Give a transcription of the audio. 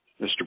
Mr